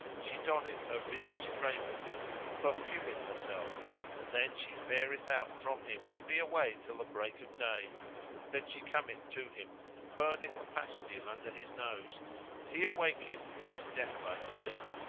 she donneth her richest raiment and perfumeth herself and then she fareth out from him to be away till break of day then she cometh to him, and burneth a pastile under his nose and he awaketh from his deathlike sleep.